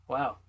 Wow